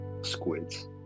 squids